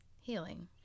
Healing